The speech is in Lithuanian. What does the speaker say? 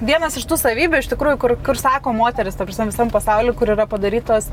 vienas iš tų savybių iš tikrųjų kur kur sako moteris ta prasme visam pasauliui kur yra padarytos